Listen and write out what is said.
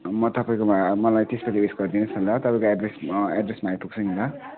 म तपाईँकोमा मलाई त्यसपछि उयेसको दिनुहोस् न ल तपाईँको एड्रेस दिनुहोस् न ल एड्रेसमा आइपुग्छु नि ल